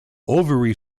ovary